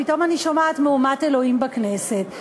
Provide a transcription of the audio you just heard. ופתאום אני שומעת מהומת אלוהים בכנסת.